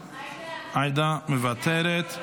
מוותרת,